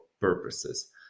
purposes